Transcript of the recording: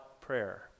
prayer